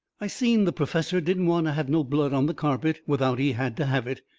i seen the perfessor didn't want to have no blood on the carpet without he had to have it,